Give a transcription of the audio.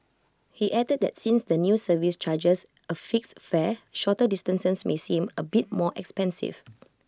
he added that since the new service charges A fixed fare shorter distances may seem A bit more expensive